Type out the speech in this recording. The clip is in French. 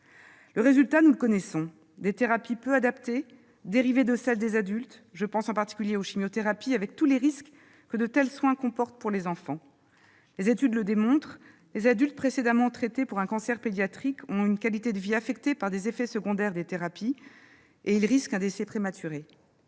Le résultat, nous le connaissons : des thérapies peu adaptées, dérivées de celles des adultes, je pense en particulier aux chimiothérapies, avec tous les risques que de tels soins comportent pour les enfants. Les études le démontrent : les adultes précédemment traités pour un cancer pédiatrique ont une qualité de vie affectée par les effets secondaires des thérapies et ils risquent un décès prématuré.